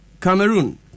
Cameroon